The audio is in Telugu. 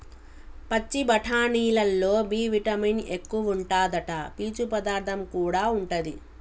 పచ్చి బఠానీలల్లో బి విటమిన్ ఎక్కువుంటాదట, పీచు పదార్థం కూడా ఉంటది